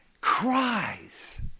cries